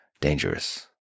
dangerous